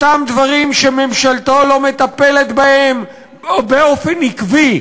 אותם דברים שממשלתו לא מטפלת בהם באופן עקבי